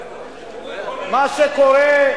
מה שקורה,